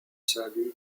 salut